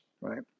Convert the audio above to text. right